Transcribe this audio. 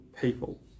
people